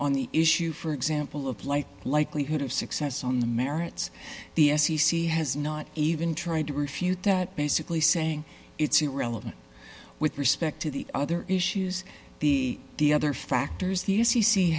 on the issue for example of light likelihood of success on the merits the f c c has not even trying to refute that basically saying it's irrelevant with respect to the other issues be the other factors the